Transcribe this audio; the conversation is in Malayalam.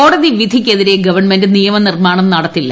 കോടതി വിധിക്കെതിരെ ഗവൺമെന്റ് നിയമനിർമാണം നടത്തില്ല